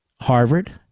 Harvard